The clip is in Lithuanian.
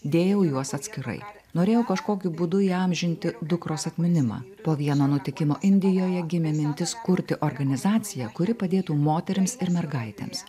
dėjau juos atskirai norėjau kažkokiu būdu įamžinti dukros atminimą po vieno nutikimo indijoje gimė mintis kurti organizaciją kuri padėtų moterims ir mergaitėms